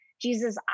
Jesus